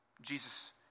Jesus